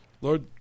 Lord